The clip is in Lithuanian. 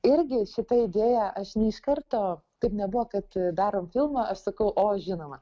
irgi šitą idėją aš ne iš karto taip nebuvo kad darom filmą aš sakau o žinoma